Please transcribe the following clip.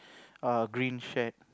err green shed